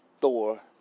Thor